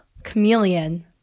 Chameleon